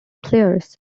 players